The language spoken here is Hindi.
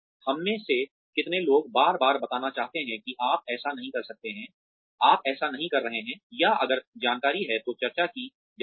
हममें से कितने लोग बार बार बताना चाहते हैं कि आप ऐसा नहीं कर रहे हैं या अगर जानकारी है तो चर्चा की जाती है